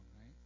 right